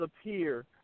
appear